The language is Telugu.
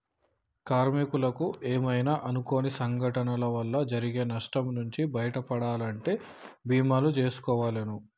కార్మికులకు ఏమైనా అనుకోని సంఘటనల వల్ల జరిగే నష్టం నుంచి బయటపడాలంటే బీమాలు జేసుకోవాలే